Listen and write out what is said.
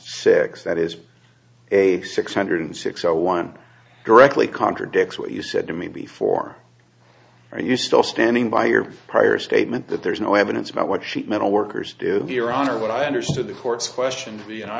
six that is a six hundred six zero one directly contradicts what you said to me before are you still standing by your prior statement that there is no evidence about what sheet metal workers do here on or what i understood the court's question to be and i